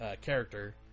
character